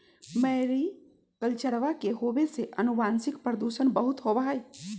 मैरीकल्चरवा के होवे से आनुवंशिक प्रदूषण बहुत होबा हई